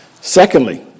Secondly